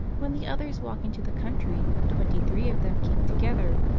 when the others walk into the country twenty-three of them keep together,